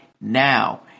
Now